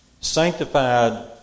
sanctified